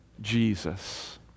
Jesus